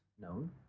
known